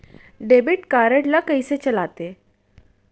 Debit card ला कइसे चलाते?